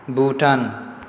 Bhutan